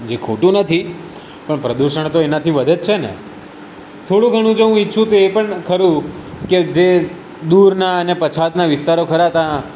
જે ખોટું નથી પણ પ્રદૂષણ તો એનાથી વધે જ છે ને થોડું ઘણું જો હું ઇચ્છું તો એ પણ ખરું કે જે દૂરના ને પછાતના વિસ્તારો ખરા ત્યાં